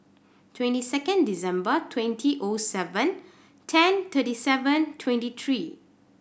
twenty second December twenty O seven ten thirty seven twenty three